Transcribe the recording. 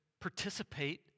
participate